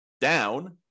down